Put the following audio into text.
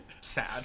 sad